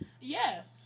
Yes